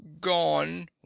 Gone